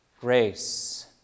Grace